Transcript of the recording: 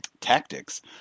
tactics